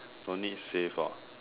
don't need save hor